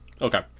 okay